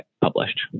published